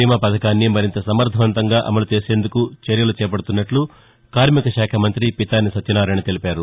బీమా పథకాన్ని మరింత సమర్దవంతంగా అమలు చేసేందుకు చర్యలు చేపడుతున్నట్లు కార్శిక శాఖ మంగ్రి పితాని సత్యనారాయణ తెలిపారు